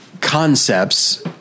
concepts